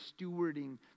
stewarding